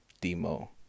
Demo